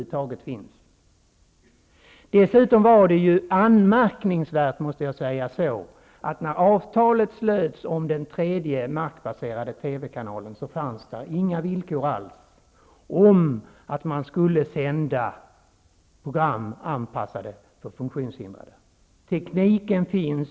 Dessutom var det anmärkningsvärt, måste jag säga, att när avtalet slöts om den tredje markbaserade TV-kanalen fanns där inga villkor alls om att sända program anpassade för funktionshindrade. Tekniken finns.